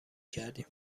کردیم